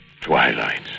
Twilight